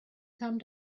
come